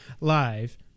live